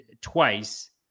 twice